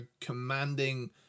commanding